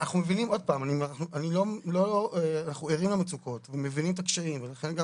אנחנו ערים למצוקות ומבינים את הקשיים ולכן גם